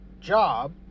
job